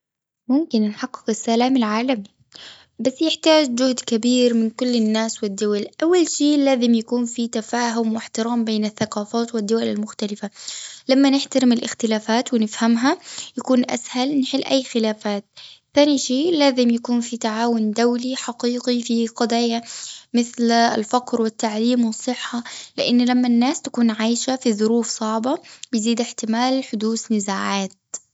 ممكن نحقق السلام العالمي، بس يحتاج جهد كبير من كل الناس والدول. أول شي، لازم يكون في تفاهم، واحترام بين الثقافات، والدول المختلفة. لما نحترم الاختلافات ونفهمها، يكون أسهل نحل أي خلافات. ثاني شي، لازم يكون في تعاون دولي حقيقي، في قضايا مثل الفقر، والتعليم، والصحة. لأن لما الناس تكون عايشة في ظروف صعبة، بيزيد احتمال حدوث نزاعات.